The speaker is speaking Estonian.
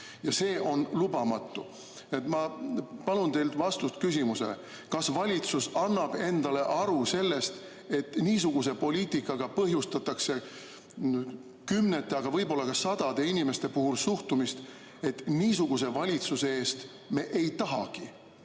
See on lubamatu. Ma palun teilt vastust küsimusele, kas valitsus annab endale aru, et niisuguse poliitikaga põhjustatakse kümnete, aga võib-olla ka sadade inimeste puhul suhtumist, et niisuguse valitsuse tõttu me ei tahagi